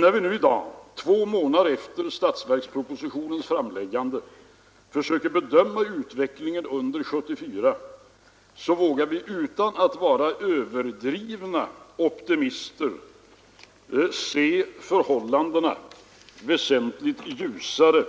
När vi nu, två månader efter statsverkspropositionens framläggande, försöker bedöma utvecklingen under 1974 vågar vi utan att vara överdrivna optimister se läget väsentligt ljusare